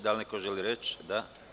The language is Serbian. Da li neko želi reč? (Da)